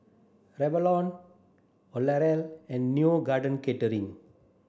Revlon L'Oreal and Neo Garden Catering